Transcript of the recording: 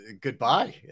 goodbye